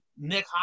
Nick